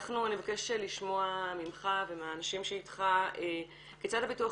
נבקש לשמוע ממך ומהאנשים שאיתך כיצד הביטוח